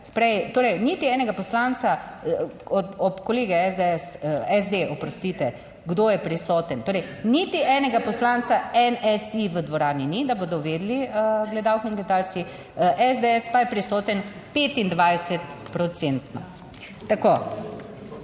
torej niti enega poslanca, kolegi SDS, SD, oprostite, kdo je prisoten, torej niti enega poslanca NSi v dvorani ni, da bodo vedeli gledalke in gledalci, SDS pa je prisoten 25